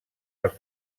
els